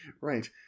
right